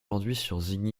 aujourd’hui